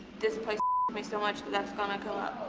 this place me so much that that's gonna come up.